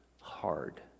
hard